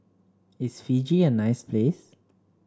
is Fiji a nice place